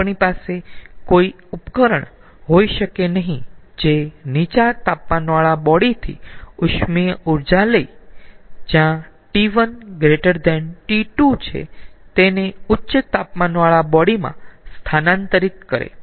આપણી પાસે કોઈ ઉપકરણ હોઈ શકે નહી જે નીચા તાપમાનવાળા બોડી થી ઉષ્મીય ઊર્જા લઈ જ્યાં T1T2 છે તેને ઉચ્ચ તાપમાનવાળા બોડી માં સ્થાનાંતરિત કરે